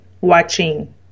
watching